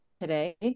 today